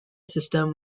system